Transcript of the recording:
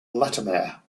latymer